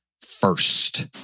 first